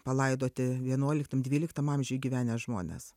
palaidoti vienuoliktam dvyliktam amžiuj gyvenę žmonės